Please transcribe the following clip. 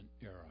Era